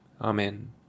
Amen